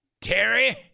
Terry